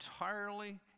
entirely